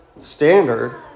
standard